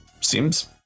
Seems